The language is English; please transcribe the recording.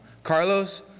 carlos,